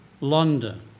London